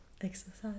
exercise